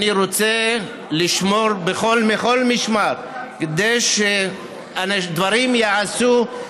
אני רוצה לשמור מכל משמר, כדי שדברים ייעשו,